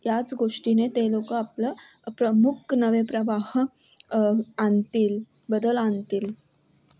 याच गोष्टीने ते लोक आपलं प्रमुख नवे प्रवाह आणतील बदल आणतील